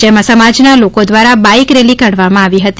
જેમાં સમાજના લોકો દ્વારા બાઇક રેલી કાઢવામાં આવી હતી